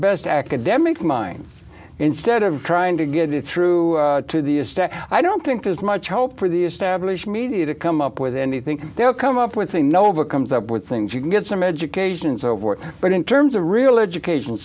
best academic minds instead of trying to get it through to the astaire i don't think there's much hope for the established media to come up with anything they'll come up with thing nova comes up with things you can get some education for work but in terms of real educational